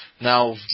Now